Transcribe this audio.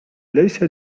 ليس